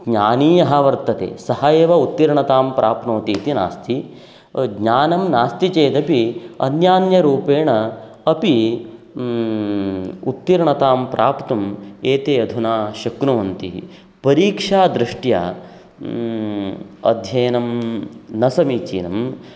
ज्ञानी यः वर्तते सः एव उत्तीर्णतां प्राप्नोति इति नास्ति ज्ञानं नास्ति चेदपि अन्यान्यरूपेण अपि उत्तीर्णतां प्राप्तुम् एते अधुना शक्नुवन्ति परीक्षादृष्ट्या अध्ययनं न समीचीनम्